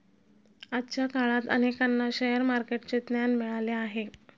आजच्या काळात अनेकांना शेअर मार्केटचे ज्ञान मिळाले आहे